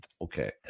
Okay